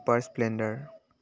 super splendor